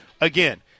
Again